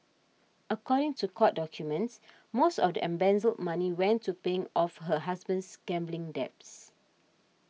according to court documents most of the embezzled money went to paying off her husband's gambling debts